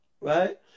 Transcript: right